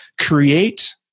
create